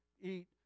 eat